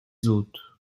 hôtes